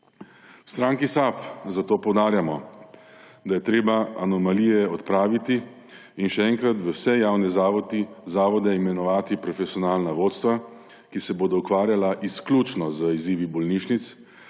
V Stranki AB zato poudarjamo, da je treba anomalije odpraviti in še enkrat v vse javne zavode imenovati profesionalna vodstva, ki se bodo ukvarjala izključno z izzivi bolnišnic,